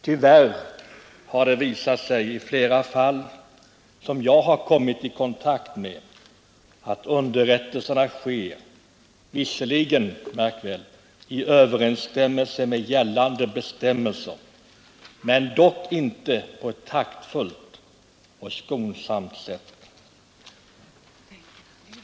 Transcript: Tyvärr har det i flera fall som jag kommit i kontakt med visat sig att underrättelserna visserligen sker — märk väl — i överensstämmelse med gällande bestämmelser men dock inte på ett taktfullt och skonsamt sätt.